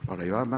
Hvala i vama.